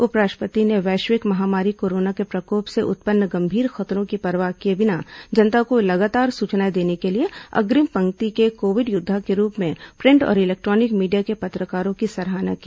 उपराष्ट्रपति ने वैश्विक महामारी कोरोना के प्रकोप से उत्पन्न गंभीर खतरों की परवाह किए बिना जनता को लगातार सूचनाएं देने को लिए अग्रिम पंक्ति के कोविड योद्वा के रूप में प्रिंट और इलेक्ट्रॉनिक मीडिया के पत्रकारों की सराहना की